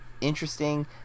interesting